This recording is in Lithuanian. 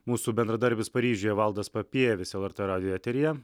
mūsų bendradarbis paryžiuje valdas papievis lrt radijo eteryje